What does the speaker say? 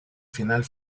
final